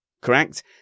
correct